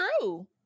true